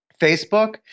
Facebook